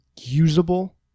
usable